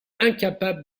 incapable